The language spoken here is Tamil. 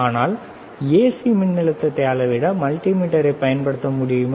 ஆனால் ஏசி மின்னழுத்தத்தை அளவிட மல்டிமீட்டரைப் பயன்படுத்த முடியுமா